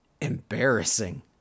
embarrassing